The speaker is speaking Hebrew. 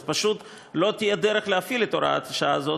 אז פשוט לא תהיה דרך להפעיל את הוראת השעה הזאת,